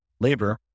labor